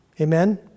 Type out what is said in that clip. Amen